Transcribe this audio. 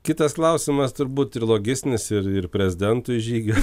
kitas klausimas turbūt ir logistinis ir ir prezidentui žygio